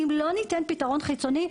אם לא ניתן פתרון חיצוני,